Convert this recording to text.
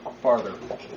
farther